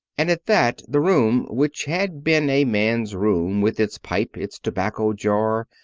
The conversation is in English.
and at that the room, which had been a man's room with its pipe, its tobacco jar,